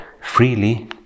freely